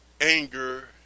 Anger